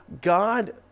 God